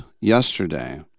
yesterday